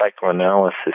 psychoanalysis